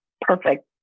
perfect